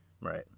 Right